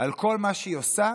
על כל מה שהיא עושה